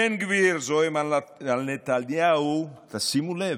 בן גביר זועם על נתניהו, תשימו לב,